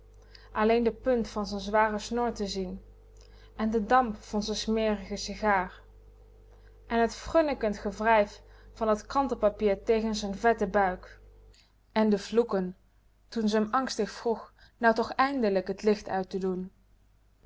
alleen de punt van z'n zware snor te zien en de damp van z'n smerige sigaar en t frunnekend gewrijf van t krante papier tegen z'n vetten buik en de vloeken toen ze m angstig vroeg nou toch eindelijk t licht uit te doen